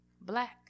black